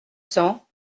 cents